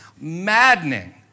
maddening